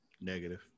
Negative